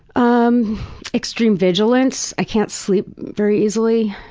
um extreme vigilance. i can't sleep very easily.